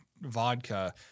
vodka